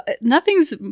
nothing's